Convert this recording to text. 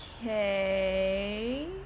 Okay